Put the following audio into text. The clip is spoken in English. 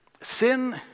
sin